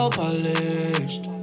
polished